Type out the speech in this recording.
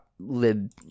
lib